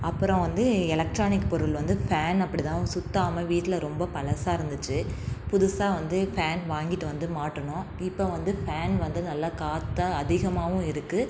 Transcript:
அப்புறம் வந்து எலக்ட்ரானிக் பொருள் வந்து ஃபேன் அப்படி தான் சுத்தாமல் வீட்டில் ரொம்ப பழசாக இருந்துச்சு புதுசாக வந்து ஃபேன் வாங்கிட்டு வந்து மாட்டினோம் இப்போ வந்து ஃபேன் வந்து நல்லா காற்றா அதிகமாகவும் இருக்கு